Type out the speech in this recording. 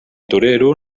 torero